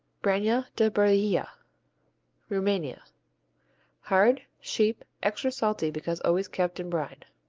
branja de brailia rumania hard sheep extra salty because always kept in brine.